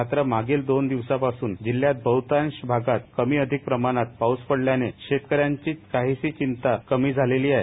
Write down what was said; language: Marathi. मात्र मागील दोन दिवसांपासून जिल्हयात बहतांश आगात कमी अधिक प्रमाणात पाऊस पडल्यानं शेतक यांनी काहीशी चिंता कमी झाली आहे